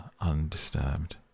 undisturbed